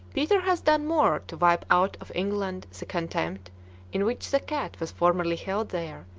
peter has done more to wipe out of england the contempt in which the cat was formerly held there,